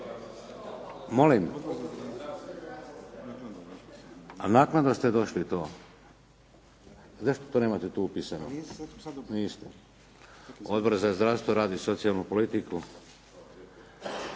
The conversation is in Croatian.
Molim? Naknadno ste došli tu. Zašto to nemate tu upisano. Odbor za zdravstvo, rad i socijalnu politiku,